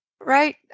right